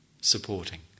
supporting